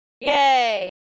Yay